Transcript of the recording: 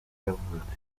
yavutse